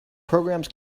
programs